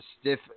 stiff